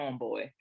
homeboy